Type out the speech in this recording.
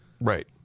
Right